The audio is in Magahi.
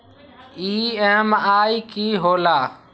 ई.एम.आई की होला?